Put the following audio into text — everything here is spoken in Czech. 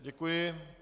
Děkuji.